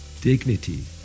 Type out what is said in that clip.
Dignity